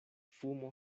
fumo